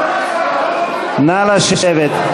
נא לשבת.